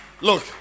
Look